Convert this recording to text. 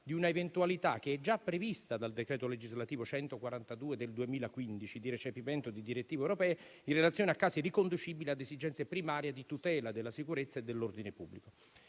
di una eventualità che è già prevista dal decreto legislativo n. 142 del 2015 di recepimento di direttive europee, in relazione a casi riconducibili ad esigenze primarie di tutela della sicurezza e dell'ordine pubblico.